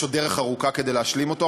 יש עוד דרך ארוכה כדי להשלים אותו,